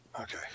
Okay